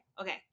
Okay